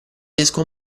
riesco